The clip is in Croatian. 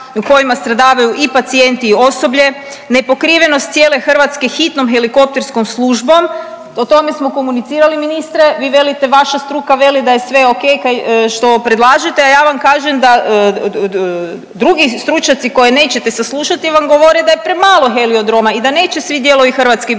u kojima stradavaju i pacijenti i osoblje, nepokrivenost cijele Hrvatske hitnom helikopterskom službom. O tome smo komunicirali ministre vi velite vaša struka veli da je sve okej što predlažete, a ja vam kažem da drugi stručnjaci koje nećete saslušati vam govore da je premalo heliodroma i da neće svi dijelovi Hrvatske biti